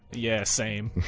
yeah, same.